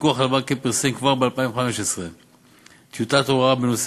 הפיקוח על הבנקים פרסם כבר במאי 2015 טיוטת הוראה בנושא